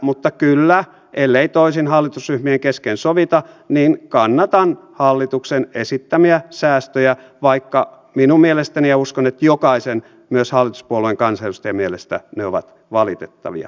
mutta kyllä ellei toisin hallitusryhmien kesken sovita kannatan hallituksen esittämiä säästöjä vaikka minun mielestäni ja uskon että jokaisen myös hallituspuolueen kansanedustajan mielestä ne ovat valitettavia